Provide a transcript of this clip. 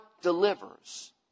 delivers